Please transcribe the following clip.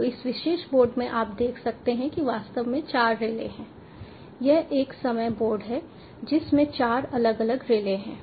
तो इस विशेष बोर्ड में आप देख सकते हैं कि वास्तव में चार रिले हैं यह एक समग्र बोर्ड है जिसमें चार अलग अलग रिले हैं